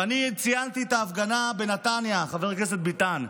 ואני ציינתי את ההפגנה בנתניה, חבר הכנסת ביטן,